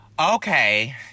Okay